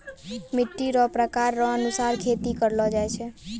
मिट्टी रो प्रकार रो अनुसार खेती करलो जाय छै